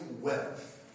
wealth